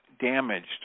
damaged